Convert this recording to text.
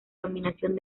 nominación